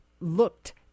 looked